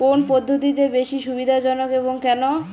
কোন পদ্ধতি বেশি সুবিধাজনক এবং কেন?